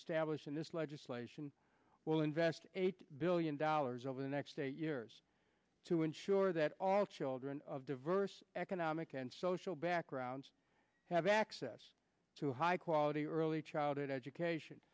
funded stablished in this legislation will invest eight billion dollars over the next eight years to ensure that all children of diverse economic and social backgrounds have access to high quality early childhood education